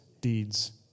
deeds